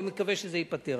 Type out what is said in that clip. אני מקווה שזה ייפתר.